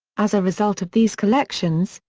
as a result of these collections,